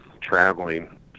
traveling